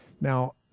now